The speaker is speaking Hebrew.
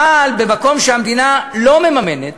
אבל במקום שהמדינה לא מממנת